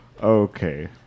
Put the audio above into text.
Okay